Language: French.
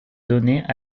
données